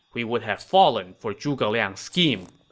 we would have fallen for zhuge liang's scheme.